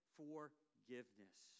forgiveness